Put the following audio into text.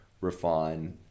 refine